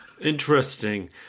Interesting